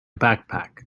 backpack